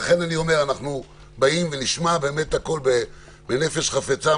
נשמע הכול בנפש חפצה,